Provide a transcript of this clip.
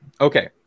Okay